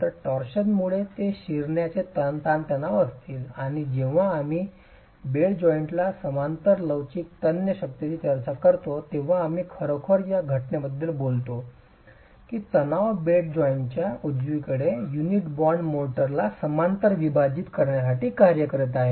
तर टॉरशनमुळे ते शिअरण्याचे ताणतणाव असतील आणि जेव्हा आम्ही बेड जॉइंटला समांतर लवचिक तन्य शक्तीची चर्चा करतो तेव्हा आम्ही खरोखर या घटनेबद्दल बोलतो की तणाव बेडच्या जॉइंट उजवीकडे युनिट बॉन्ड मोर्टारला समांतर विभाजित करण्यासाठी कार्य करत आहे